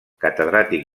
catedràtic